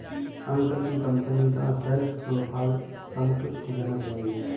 uncle की company का sales profile संतुष्टिजनक नही है